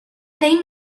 they